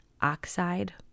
oxide